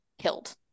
killed